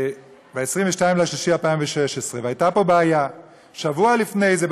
ב-22 במרס 2016. והייתה פה בעיה: שבוע לפני זה,